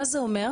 מה זה אומר?